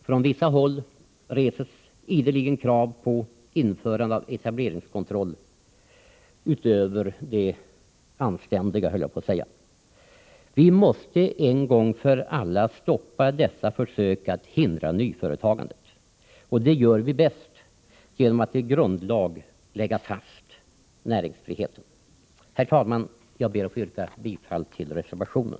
Från vissa håll reses ideligen krav på införande av etableringskontroll utöver det anständiga — höll jag på att säga. Vi måste en gång för alla stoppa dessa försök att hindra nyföretagandet. Det gör vi bäst genom att i grundlag lägga fast näringsfriheten. Herr talman! Jag ber att få yrka bifall till reservationen.